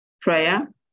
prayer